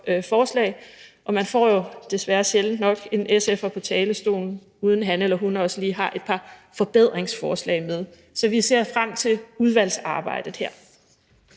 forslag – men man får jo nok desværre sjældent en SF'er på talerstolen, uden han eller hun også lige har et par forbedringsforslag med, så vi ser frem til udvalgsarbejdet her.